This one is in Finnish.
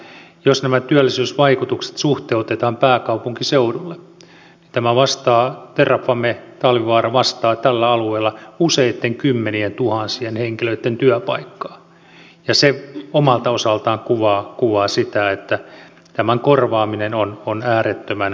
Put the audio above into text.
jos nämä työllisyysvaikutukset suhteutetaan pääkaupunkiseudulle niin tämä terrafame talvivaara vastaa tällä alueella useitten kymmenientuhansien henkilöitten työpaikkaa ja se omalta osaltaan kuvaa sitä että tämän korvaaminen on äärettömän vaikeaa